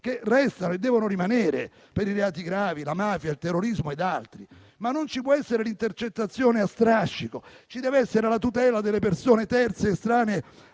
che restano e devono rimanere per i reati gravi, la mafia, il terrorismo ed altri. Ma non ci può essere l'intercettazione a strascico: ci deve essere la tutela delle persone terze estranee